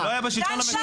זה לא היה בשלטון המקומי.